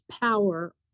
power